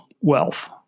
wealth